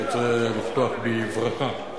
אני רוצה לפתוח בברכה,